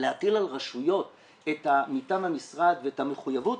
להטיל על רשויות מטעם המשרד את המחויבות,